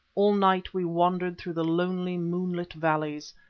all night we wandered through the lonely moonlit valleys,